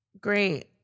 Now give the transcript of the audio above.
Great